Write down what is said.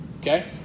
Okay